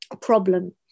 problem